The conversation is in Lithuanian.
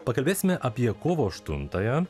pakalbėsime apie kovo aštuntąją